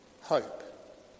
hope